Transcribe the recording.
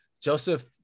Joseph